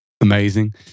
amazing